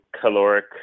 caloric